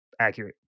accurate